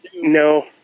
no